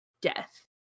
death